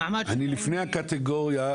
המעמד שלהם --- לפני הקטגוריה,